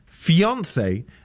fiance